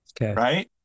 Right